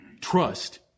Trust